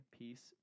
peace